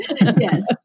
Yes